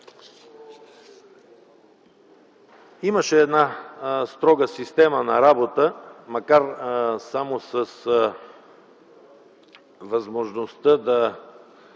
Имаше една строга система на работа, макар и само с възможността да